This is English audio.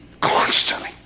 Constantly